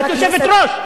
את יושבת-ראש.